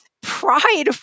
Pride